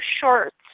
shorts